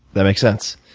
that makes sense.